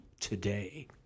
today